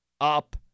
up